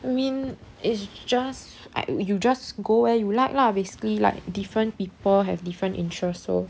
I mean it's just I you just go where you like lah basically like different people have different interests so